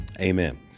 Amen